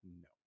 No